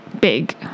big